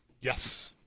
Yes